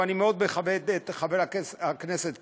ואני מאוד מכבד את חבר הכנסת קיש,